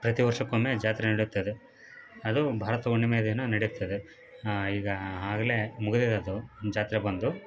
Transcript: ಪ್ರತಿ ವರ್ಷಕೊಮ್ಮೆ ಜಾತ್ರೆ ನಡೆಯುತ್ತದೆ ಅದು ಭಾರತ ಹುಣ್ಣಿಮೆಯ ದಿನ ನಡೆಯುತ್ತದೆ ಈಗ ಆಗಲೇ ಮುಗಿದಿದೆ ಅದು ಜಾತ್ರೆ ಬಂದು